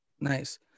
Nice